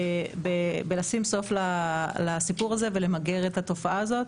בלשים סוף לסיפור הזה ולמגר את התופעה הזאת.